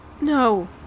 No